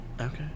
Okay